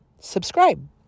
subscribe